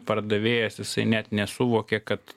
pardavėjas jisai net nesuvokė kad